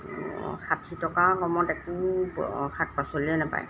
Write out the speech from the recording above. ষাঠি টকাৰ কমত একো শাক পাচলিয়ে নাপায়